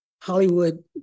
Hollywood